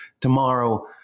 tomorrow